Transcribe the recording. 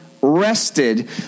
rested